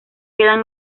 quedan